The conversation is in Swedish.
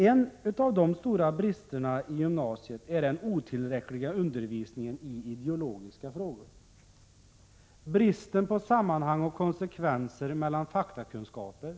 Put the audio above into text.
En av de stora bristerna i gymnasiet är den otillräckliga undervisningen i ideologiska frågor, bristen på sammanhang och konsekvens när det gäller faktakunskaperna.